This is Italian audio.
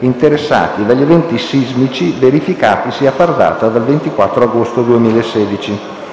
interessati dagli eventi sismici verificatisi a far data dal 24 agosto 2016,